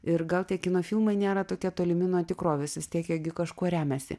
ir gal tie kino filmai nėra tokie tolimi nuo tikrovės vis tiek jie gi kažkuo remiasi